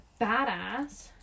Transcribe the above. badass